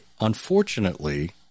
unfortunately